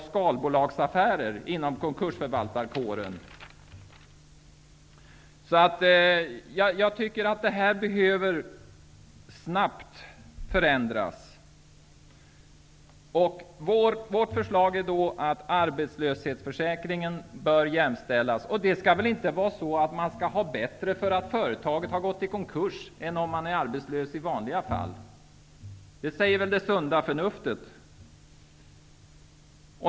Detta behöver förändras snabbt. Vårt förslag är att arbetslöshetsförsäkringen bör samordnas med lönegarantin. Man skall väl inte ha det bättre för att företaget har gått i konkurs än om man är arbetslös av annan anledning. Det säger väl sunda förnuftet.